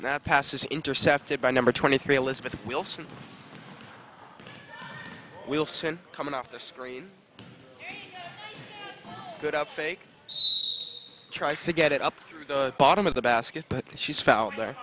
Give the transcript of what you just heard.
now passes intercepted by number twenty three elizabeth wilson wilson coming off the screen good up fake tries to get it up through the bottom of the basket but she's found there